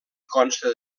consta